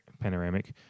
panoramic